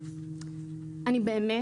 אני באמת,